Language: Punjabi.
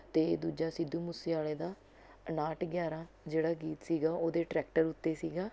ਅਤੇ ਦੂਜਾ ਸਿੱਧੂ ਮੂਸੇਆਲ਼ੇ ਦਾ ਉਣਾਹਠ ਗਿਆਰ੍ਹਾਂ ਜਿਹੜਾ ਗੀਤ ਸੀਗਾ ਉਹਦੇ ਟਰੈਕਟਰ ਉੱਤੇ ਸੀਗਾ